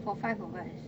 four five of us